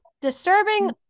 disturbing